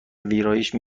ویرایش